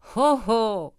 cho ho